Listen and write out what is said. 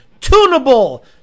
Tunable